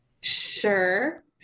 Sure